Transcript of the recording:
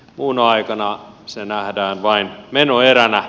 muuna aikana se nähdään vain menoeränä